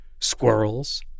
Squirrels